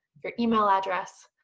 your email address.